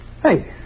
Hey